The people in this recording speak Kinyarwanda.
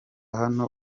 hano